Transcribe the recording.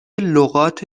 لغات